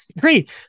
Great